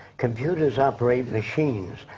computers operate machines.